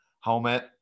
helmet